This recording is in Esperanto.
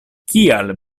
kial